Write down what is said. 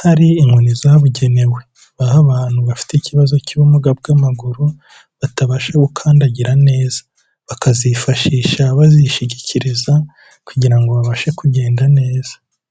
hari inkoni zabugenewe baha abantu bafite ikibazo cy'ubumuga bw'amaguru batabasha gukandagira neza, bakazifashisha bazishigikiriza kugira ngo babashe kugenda neza.